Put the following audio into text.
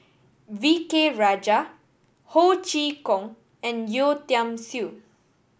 V K Rajah Ho Chee Kong and Yeo Tiam Siew